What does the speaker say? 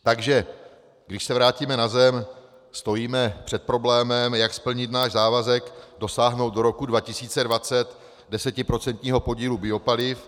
Takže když se vrátíme na zem, stojíme před problémem, jak splnit náš závazek dosáhnout do roku 2020 desetiprocentního podílu biopaliv.